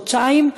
חודשיים,